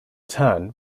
turn